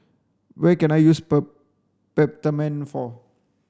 what can I use Peptamen for